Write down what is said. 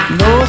no